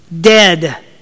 dead